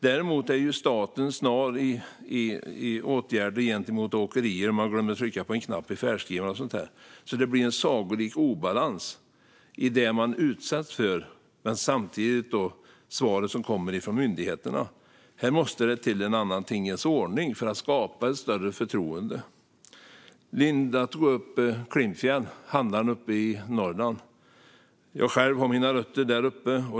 Däremot är staten snar med åtgärder gentemot åkerier, om man glömmer att trycka på en knapp i färdskrivaren och sådant. Det blir alltså en sagolik obalans mellan det man utsätts för och svaret från myndigheterna. Det måste till en annan tingens ordning för att skapa ett större förtroende. Linda tog upp handlaren i Klimpfjäll uppe i Norrland. Jag har själv mina rötter däruppe.